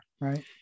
right